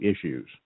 issues